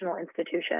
institution